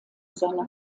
seiner